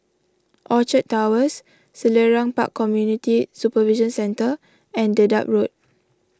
Orchard Towers Selarang Park Community Supervision Centre and Dedap Road